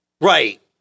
right